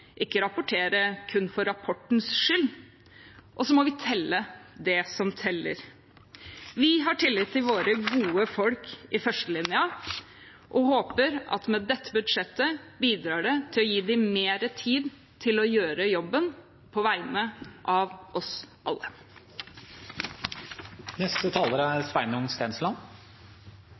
ikke rapportere kun for rapportens skyld, og så må vi telle det som teller. Vi har tillit til våre gode folk i førstelinja og håper at vi med dette budsjettet bidrar til å gi dem mer tid til å gjøre jobben på vegne av oss